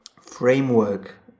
framework